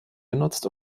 genutzt